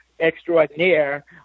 Extraordinaire